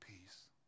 Peace